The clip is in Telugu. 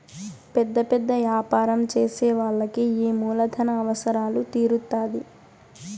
పెద్ద పెద్ద యాపారం చేసే వాళ్ళకి ఈ మూలధన అవసరాలు తీరుత్తాధి